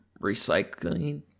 recycling